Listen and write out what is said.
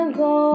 go